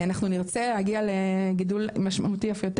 אנחנו נרצה להגיע לגידול משמעותי אף יותר